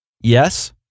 Yes